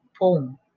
poem